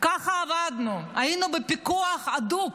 היינו בפיקוח הדוק,